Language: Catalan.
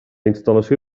instal·lació